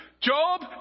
Job